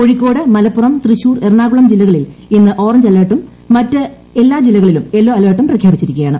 കോഴിക്കോട് മലപ്പുറം തൃശൂർ എറണാകുളം ജില്ലകളിൽ ഇന്ന് ഓറഞ്ച് അലർട്ടും മറ്റ് എല്ലാ ജില്ല്കളിലും യെല്ലോ അലർട്ടും പ്രഖ്യാപിച്ചിരിക്കുകയാണ്